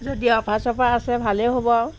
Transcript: যদি অফাৰ চফাৰ আছে ভালেই হ'ব আৰু